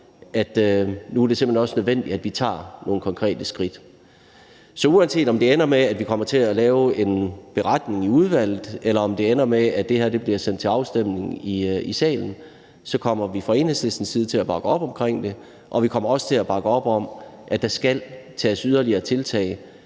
det simpelt hen også nødvendigt, at vi tager nogle konkrete skridt. Så uanset om det ender med, at vi kommer til at lave en beretning i udvalget, eller om det ender med, at det her bliver sendt til afstemning i salen, kommer vi fra Enhedslistens side til at bakke op omkring det, og vi kommer også til at bakke op om, at der skal tages yderligere tiltag